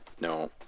No